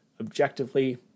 Objectively